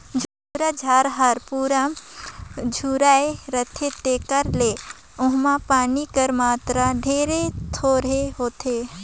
झूरा चारा हर पूरा झुराए रहथे तेकर ले एम्हां पानी कर मातरा ढेरे थोरहें होथे